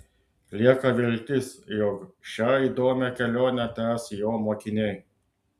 lieka viltis jog šią įdomią kelionę tęs jo mokiniai